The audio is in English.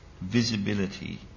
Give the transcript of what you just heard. visibility